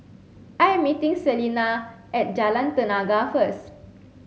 I am meeting Selina at Jalan Tenaga first